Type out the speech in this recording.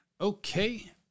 okay